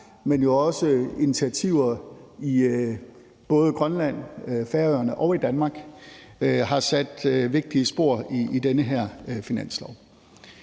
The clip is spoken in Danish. med initiativer både i Grønland, Færøerne og Danmark har sat sig vigtige spor i den her finanslov.